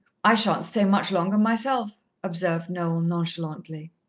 i shan't stay much longer myself, observed noel nonchalantly.